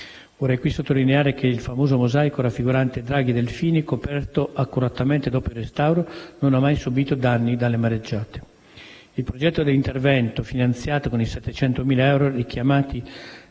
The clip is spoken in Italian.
Vorrei qui sottolineare che il famoso mosaico raffigurante draghi e delfini, coperto accuratamente dopo il restauro, non ha mai subito danni dalle mareggiate. Il progetto dell'intervento, finanziato con i 700.000 euro richiamati